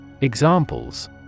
Examples